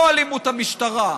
לא אלימות המשטרה.